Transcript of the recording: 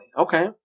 Okay